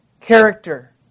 Character